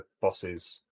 bosses